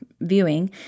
viewing